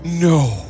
No